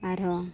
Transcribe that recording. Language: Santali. ᱟᱨ ᱦᱚᱸ